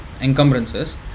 encumbrances